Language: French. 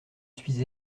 suis